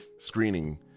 screening